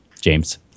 james